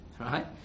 right